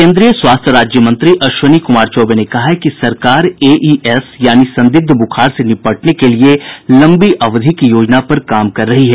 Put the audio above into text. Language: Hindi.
केन्द्रीय स्वास्थ्य राज्य मंत्री अश्विनी कुमार चौबे ने कहा है कि सरकार एईएस यानि संदिग्ध दिमागी ब्रखार से निपटने के लिये लंबी अवधि की योजना पर काम कर रही है